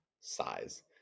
size